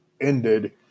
ended